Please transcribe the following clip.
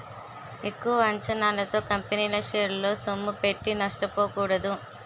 ఎక్కువ అంచనాలతో కంపెనీల షేరల్లో సొమ్ముపెట్టి నష్టపోకూడదు